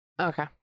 Okay